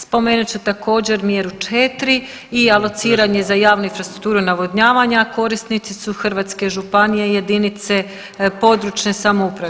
Spomenut ću također mjeru 4 i alociranje za javnu infrastrukturu navodnjavanja, korisnici su hrvatske županije i jedinice područne samouprave.